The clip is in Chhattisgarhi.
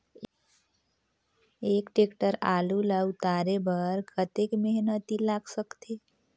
एक टेक्टर आलू ल उतारे बर कतेक मेहनती लाग सकथे?